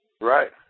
Right